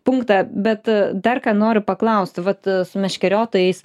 punktą bet dar ką noriu paklausti vat su meškeriotojais